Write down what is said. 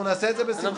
אנחנו נעשה את זה בשמחה.